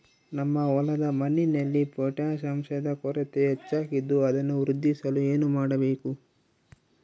ನಮ್ಮ ಹೊಲದ ಮಣ್ಣಿನಲ್ಲಿ ಪೊಟ್ಯಾಷ್ ಅಂಶದ ಕೊರತೆ ಹೆಚ್ಚಾಗಿದ್ದು ಅದನ್ನು ವೃದ್ಧಿಸಲು ಏನು ಮಾಡಬೇಕು?